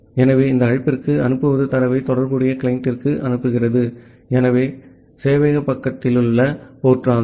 ஆகவே இந்த அழைப்பிற்கு அனுப்புவது தரவை தொடர்புடைய கிளையண்டிற்கு அனுப்புகிறது ஆகவே இது சேவையக பக்கத்திலுள்ள போர்ட் மாகும்